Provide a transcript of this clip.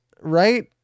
right